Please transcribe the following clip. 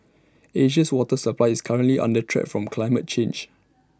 Asia's water supply is currently under threat from climate change